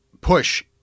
push